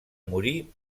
morir